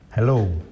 Hello